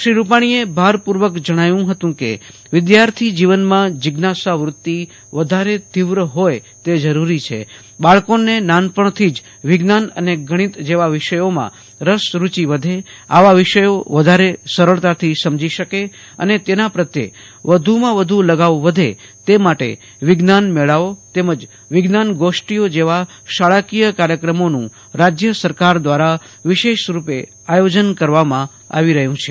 શ્રી રૂપાણીએ ભારપૂર્વક જણાવ્યું હતું કે વિધાર્થી જીવનમાં જીજ્ઞાશાવૃતિ વધારે તીવ્ર હોય તે જરૂરી છે બાળકોને નાનપણથી જ વિજ્ઞાન અને ગણીત જેવા વિષયોમાં રસ રૂચી વધે આવા વિષયો વધારે સરળતાથી સમજી શકે અને તેના પ્રત્યે વ્ધુમાં વ્ધુ લગાવ વધે તે માટે વિજ્ઞાન મેળાઓ તેમજ વિજ્ઞાનોગઠી જેવા શાળાકિય કાર્યક્રમોનું રાજય સરકાર દ્વારા વિશેષ રૂપે આયોજન કરવામાં આવી રહ્યું છે